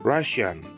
Russian